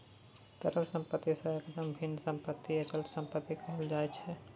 तरल सम्पत्ति सँ एकदम भिन्न सम्पत्तिकेँ अचल सम्पत्ति कहल जाइत छै